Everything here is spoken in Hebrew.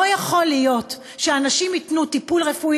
לא יכול להיות שאנשים ייתנו טיפול רפואי